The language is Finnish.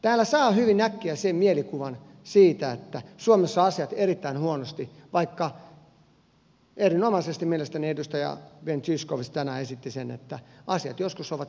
täällä saa hyvin äkkiä sen mielikuvan että suomessa ovat asiat erittäin huonosti vaikka edustaja ben zyskowicz mielestäni erinomaisesti tänään esitti että asiat joskus ovat hyvin yksinkertaisia